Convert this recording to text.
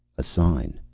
a sign.